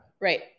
right